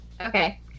Okay